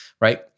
right